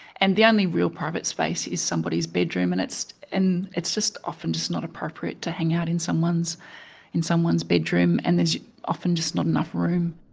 and the only real private space is somebody's bedroom and it's and it's just often not appropriate to hang out in someone's in someone's bedroom and there's often just not enough room.